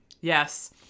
yes